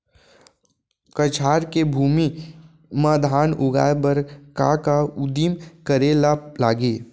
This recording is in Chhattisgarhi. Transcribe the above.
कछार के भूमि मा धान उगाए बर का का उदिम करे ला लागही?